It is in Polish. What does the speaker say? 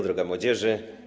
Droga Młodzieży!